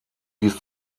dies